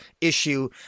issue